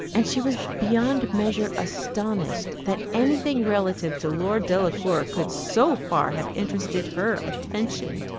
and she was beyond measure astonished that any thing relative to lord delacour could so far have interested her attention.